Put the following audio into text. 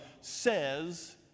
says